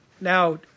Now